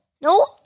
No